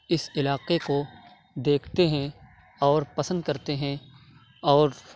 اِس علاقے کو دیکھتے ہیں اور پسند کرتے ہیں اور